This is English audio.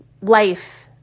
life